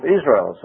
Israel